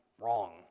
Wrong